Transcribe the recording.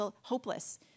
hopeless